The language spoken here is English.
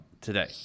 today